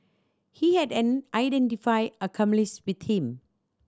he had an unidentified accomplice with him